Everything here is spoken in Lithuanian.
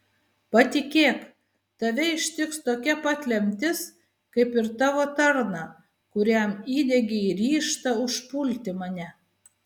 patikėk tave ištiks tokia pat lemtis kaip ir tavo tarną kuriam įdiegei ryžtą užpulti mane